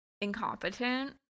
incompetent